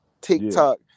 TikTok